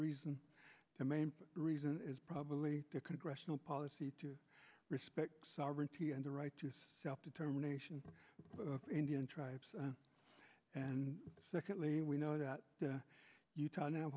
reasons the main reason is probably the congressional policy to respect sovereignty and the right to self determination of indian tribes and secondly we know that the utah now